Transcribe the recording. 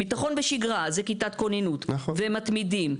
ביטחון בשגרה זה כיתת כוננות ומתמידים.